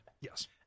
Yes